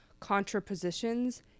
contrapositions